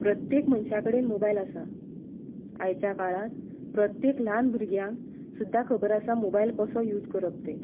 प्रत्येक मनशा कडेन मोबायल आसा आयच्या काळांत प्रत्येक ल्हान भुरग्याक सुद्दां खबर आसा मोबायल कसो यूज करप तें